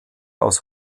aus